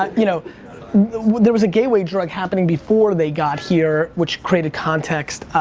you know there was a gateway drug happening before they got here which created context,